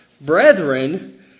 brethren